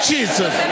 Jesus